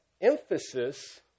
emphasis